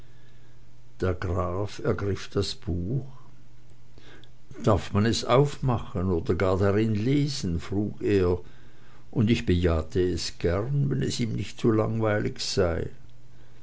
der graf ergriff das buch darf man es aufmachen oder gar darin lesen frug er und ich bejahte es gern wenn es ihm nicht zu langweilig sei